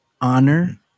honor